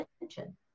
attention